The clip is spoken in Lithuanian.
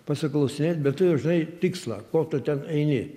pasiklausinėt bet tu jau žinai tikslą ko tu ten eini